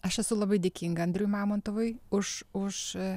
aš esu labai dėkinga andriui mamontovui už už